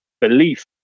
belief